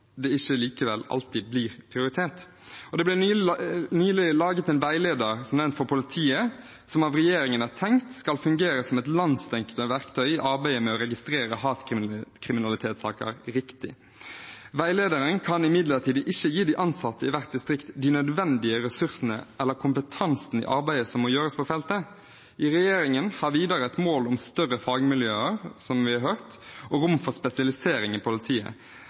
det likevel ikke alltid blir prioritert. Det ble nylig laget en veileder, som nevnt, for politiet, som av regjeringen er tenkt skal fungere som et landsdekkende verktøy i arbeidet med å registrere hatkriminalitetssaker riktig. Veilederen kan imidlertid ikke gi de ansatte i hvert distrikt de nødvendige ressursene eller kompetansen i arbeidet som må gjøres på feltet. Regjeringen har videre et mål om større fagmiljøer, som vi har hørt, og rom for spesialisering i politiet,